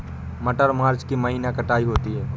मटर मार्च के महीने कटाई होती है?